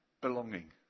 belonging